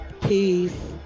Peace